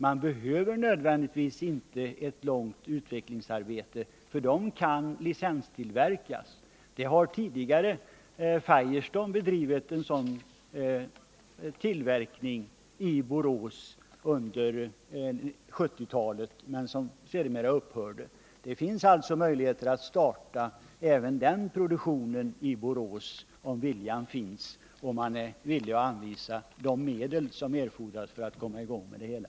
Man behöver inte nödvändigtvis ett långt utvecklingsarbete — däcken kan licenstillverkas. Firestone har tidigare bedrivit en sådan tillverkning i Borås under 1970-talet, men den upphörde sedermera. Det finns alltså möjligheter att starta även den produktionen i Borås, om viljan finns och om man är villig att anvisa de medel som erfordras för att det hela skall komma i gång.